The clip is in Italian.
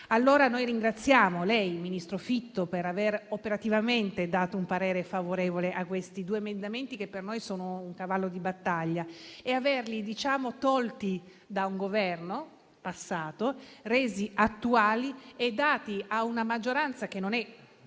La ringraziamo dunque, ministro Fitto, per aver operativamente dato un parere favorevole a questi due emendamenti, che per noi sono un cavallo di battaglia, per averli tolti da un Governo passato, resi attuali e consegnati a una maggioranza che non è